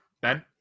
Ben